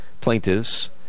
plaintiffs